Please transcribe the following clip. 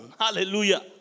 hallelujah